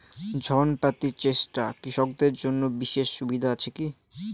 ঋণ পাতি চেষ্টা কৃষকদের জন্য বিশেষ সুবিধা আছি কি?